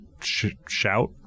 shout